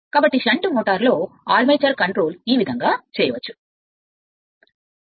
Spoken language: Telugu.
కాబట్టి షంట్ మోటారులో ఆర్మేచర్ కంట్రోల్ వంటిది